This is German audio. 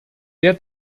der